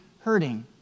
hurting